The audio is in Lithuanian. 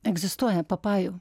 egzistuoja papajų